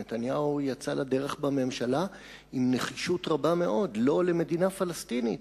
נתניהו יצא לדרך בממשלה עם נחישות רבה מאוד: לא למדינה פלסטינית.